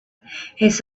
his